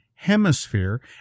Hemisphere